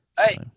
Hey